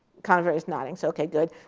kind of is nodding, so ok, good.